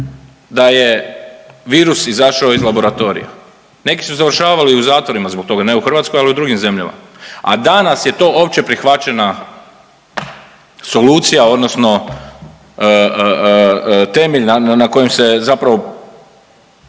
da je virus izašao iz laboratorija. Neki su završavali u zatvorima zbog toga, ne u Hrvatskoj, ali u drugim zemljama. A danas je to opće prihvaćena solucija, odnosno temelj na kojem se zapravo